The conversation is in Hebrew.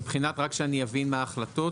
רק שאני אבין מה ההחלטות.